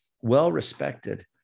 well-respected